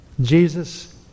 Jesus